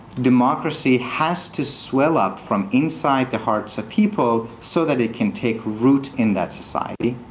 democracy has to swell up from inside the hearts of people so that it can take route in that society.